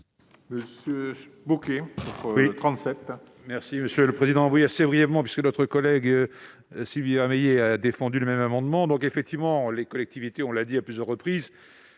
Monsieur Bocquet, le